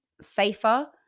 safer